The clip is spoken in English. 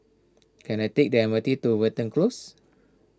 can I take the M R T to Watten Close